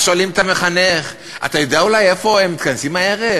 אז שואלים את המחנך: אתה יודע אולי איפה מתכנסים הערב?